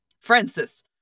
Francis